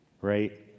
right